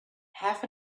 half